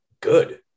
good